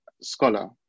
scholar